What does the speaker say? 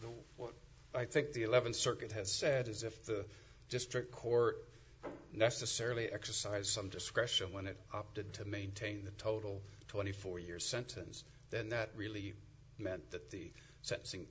and what i think the eleventh circuit has said is if the district court necessarily exercise some discretion when it opted to maintain the total twenty four year sentence then that really meant that the sentencing